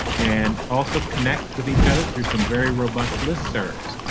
and also connect with each other through some very robust list serves.